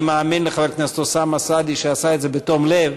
ואני מאמין לחבר הכנסת אוסאמה סעדי שהוא עשה את זה בתום לב,